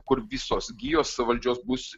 kur visos gijos valdžios bus